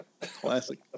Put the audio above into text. Classic